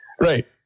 Right